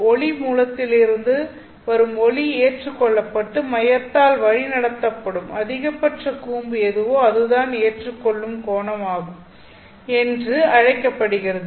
ஒளி மூலத்திலிருந்து வரும் ஒளி ஏற்றுக்கொள்ளப்பட்டு மையத்தால் வழிநடத்தப்படும் அதிகபட்ச கூம்பு எதுவோ அதுதான் ஏற்றுக்கொள்ளும் கோணம் என்று அழைக்கப்படுகிறது